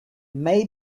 may